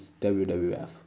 WWF